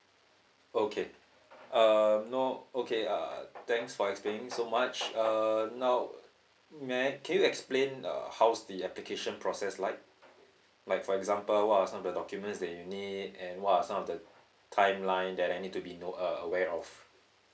okay uh no okay uh thanks for explaining so much um now may I can you explain uh how's the application process like like for example what are some of the documents that you need and what are some of the timeline that I need to be know uh aware of